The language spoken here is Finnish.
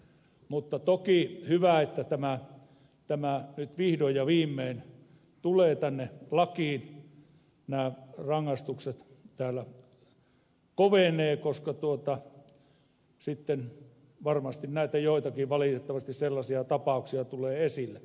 mutta on toki hyvä että tämä nyt vihdoin ja viimein tulee tänne lakiin rangaistukset kovenevat koska varmasti valitettavasti joitakin sellaisia tapauksia tulee esille